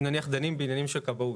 אם נניח דנים בעניינים של כבאות.